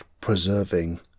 preserving